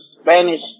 Spanish